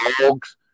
dogs